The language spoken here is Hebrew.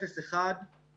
אפס עד אחד קילומטר,